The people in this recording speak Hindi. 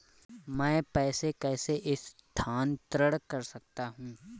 मैं पैसे कैसे स्थानांतरण कर सकता हूँ?